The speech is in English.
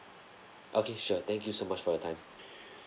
okay sure thank you so much for your time